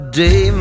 day